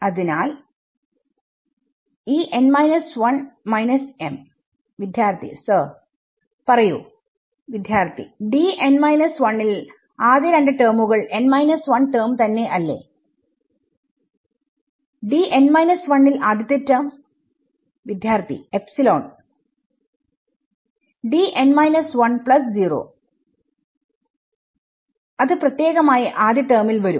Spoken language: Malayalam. അതിനാൽ വിദ്യാർത്ഥി സർ പറയൂ വിദ്യാർത്ഥി Dn 1 ൽ ആദ്യ രണ്ട് ടെർമുകൾ n 1 ടെർമ് തന്നെ അല്ലെ ൽ ആദ്യത്തെ ടെർമ് വിദ്യാർത്ഥി Dn 10 അത് പ്രത്യേകമായി ആദ്യ ടെർമിൽ വരും